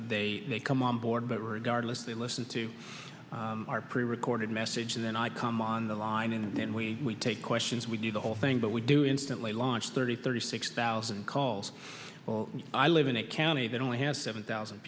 up they come on board but regardless they look and to our pre recorded message and then i come on the line and then we take questions we do the whole thing but we do instantly launch thirty thirty six thousand calls and i live in a county that only has seven thousand